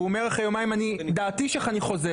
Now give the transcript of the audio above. והוא אומר אחרי יומיים דעתי שאני חוזר?